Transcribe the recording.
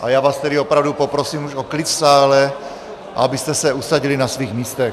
A já vás tedy opravdu poprosím už o klid v sále, a abyste se usadili na svých místech.